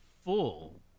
full